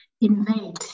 invade